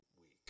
week